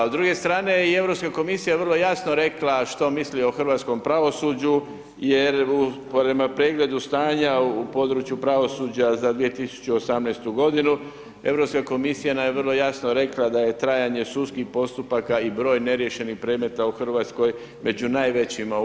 S druge strane, i Europska komisija je vrlo jasna rekla što misli o hrvatskom pravosuđu jer prema pregledu stanja u području pravosuđa za 2018.g. Europska komisija nam je vrlo jasno rekla da je trajanje sudskih postupaka i broj neriješenih predmeta u RH među najvećima u EU.